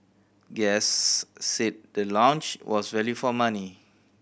guests said the lounge was value for money